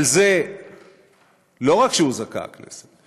על זה לא רק שהוזעקה הכנסת,